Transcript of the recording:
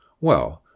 Well